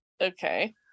okay